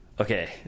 okay